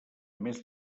més